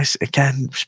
again